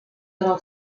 little